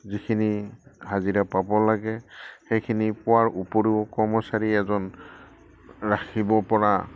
যিখিনি হাজিৰা পাব লাগে সেইখিনি পোৱাৰ উপৰিও কৰ্মচাৰী এজন ৰাখিবপৰা